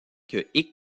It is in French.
que